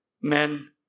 Men